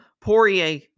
Poirier